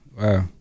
Wow